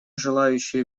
желающие